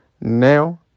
Now